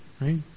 Right